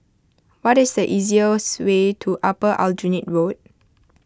what is the easiest way to Upper Aljunied Road